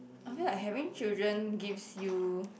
I feel like having children gives you